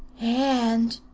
and,